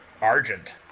Argent